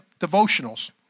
devotionals